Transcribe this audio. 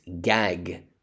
gag